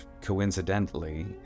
Coincidentally